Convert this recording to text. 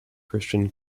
christian